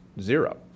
zero